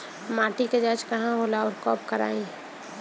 माटी क जांच कहाँ होला अउर कब कराई?